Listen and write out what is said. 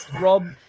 Rob